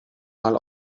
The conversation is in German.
mal